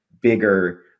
bigger